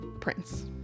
prince